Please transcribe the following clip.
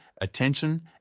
attention